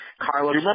Carlos